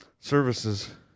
Services